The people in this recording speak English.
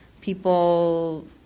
people